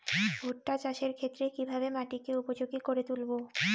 ভুট্টা চাষের ক্ষেত্রে কিভাবে মাটিকে উপযোগী করে তুলবো?